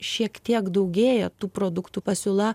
šiek tiek daugėja tų produktų pasiūla